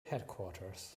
headquarters